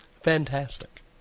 Fantastic